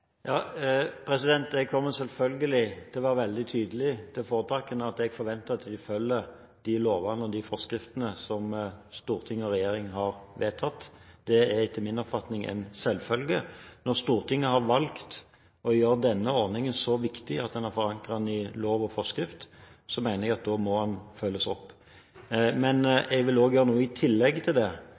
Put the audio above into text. kommer selvfølgelig til å være veldig tydelig overfor foretakene på at jeg forventer at de følger de lovene og forskriftene som storting og regjering har vedtatt. Det er etter min oppfatning en selvfølge. Når Stortinget har valgt å gjøre denne ordningen så viktig at man har forankret den i lov og forskrift, mener jeg den må følges opp. Men jeg vil også gjøre noe i tillegg til dette, nemlig stoppe det